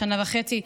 שנה וחצי,